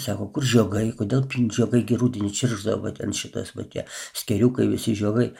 sako kur žiogai kodėl pinčiukai gi rudenį čirgšdavo būtent šitas va tie skėrių kai visi žiogai